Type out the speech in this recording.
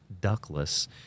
duckless